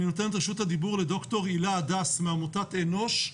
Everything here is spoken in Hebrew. אני נותן את רשות הדיבור לד"ר הילה הדס מעמותת אנוש,